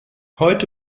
heute